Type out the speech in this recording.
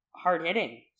hard-hitting